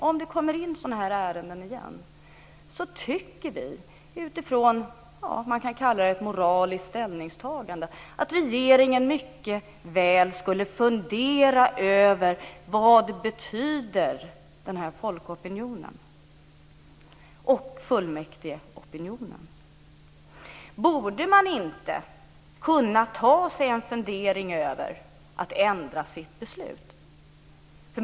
Om det kommer in sådana ärenden igen tycker vi, utifrån vad man kan kalla ett moraliskt ställningstagande, att regeringen ska fundera över vad denna folkopinion och vad fullmäktigeopinionen betyder. Borde man inte kunna ta sig en funderare när det gäller att ändra sitt beslut?